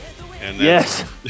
Yes